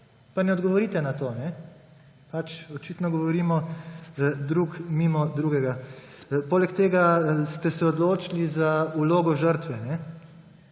pa ne odgovorite na to. Očitno govorimo drug mimo drugega. Poleg tega ste se odločili za vlogo žrtve,